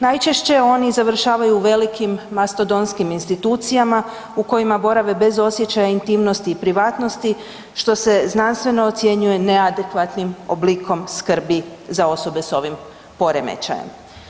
Najčešće oni završavaju u velikim mastodontskim institucijama u kojima borave bez osjećaja intimnosti i privatnosti što se znanstveno ocjenjuje neadekvatnim oblikom skrbi za osobe s ovim poremećajem.